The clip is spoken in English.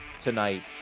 tonight